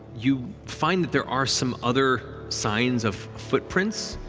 you find that there are some other signs of footprints.